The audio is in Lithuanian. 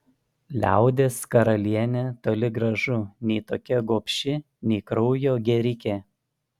liaudies karalienė toli gražu nei tokia gobši nei kraujo gėrike